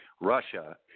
Russia